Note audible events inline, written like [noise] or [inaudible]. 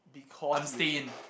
because you can [noise]